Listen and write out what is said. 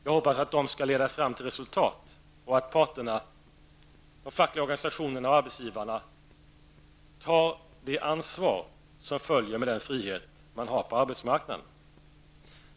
Jag hoppas att det skall leda fram till resultat och att parterna, de fackliga organisationerna och arbetsgivarna, tar det ansvar som följer av den frihet man har på arbetsmarknaden.